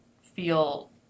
feel